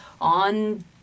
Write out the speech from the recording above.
on